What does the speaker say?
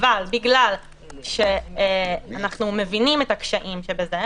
אבל בגלל שאנחנו מבינים את הקשיים שבזה,